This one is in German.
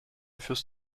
führst